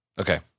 okay